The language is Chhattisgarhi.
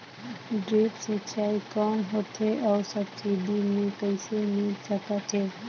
ड्रिप सिंचाई कौन होथे अउ सब्सिडी मे कइसे मिल सकत हे?